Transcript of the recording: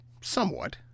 somewhat